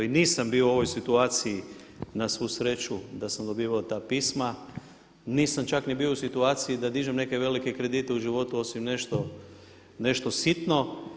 I nisam bio u ovoj situaciji na svu sreću da sam dobivao ta pisma, nisam čak ni bio u situaciji da dižem neke velike kredite u životu osim nešto sitno.